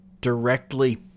directly